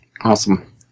Awesome